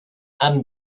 and